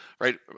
right